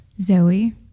zoe